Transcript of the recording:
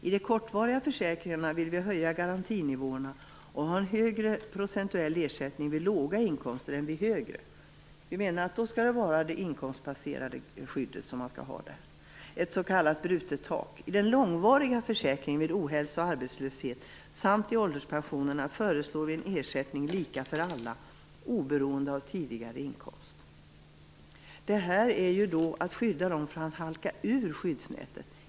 I de kortvariga försäkringarna vill vi höja garantinivåerna och ha en högre procentuell ersättning vid låga inkomster än vid högre, inkomstbaserat skydd, ett s.k. "brutet tak". I den långvariga försäkringen vid ohälsa och arbetslöshet samt i ålderspensionerna föreslår vi en ersättning lika för alla, oberoende av tidigare inkomst. Detta för att skydda dem som halkar ur skyddsnätet.